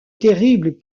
terribles